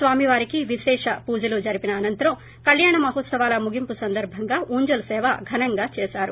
స్వామివారికి విశేష పూజలు జరిపిన అనంతరం కళ్యాణ మహోత్సవాల ముగింపు సందర్బంగా ఊంజల్ సేవ ఘనంగా చేశారు